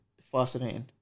fascinating